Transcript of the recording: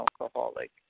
alcoholic